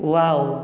wow